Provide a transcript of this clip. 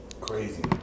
Crazy